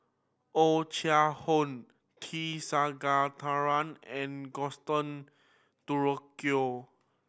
Oh Chai Hoo T Sasitharan and Gaston Dutronquoy